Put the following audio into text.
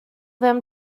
them